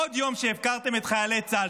עוד יום שהפקרתם את חיילי צה"ל.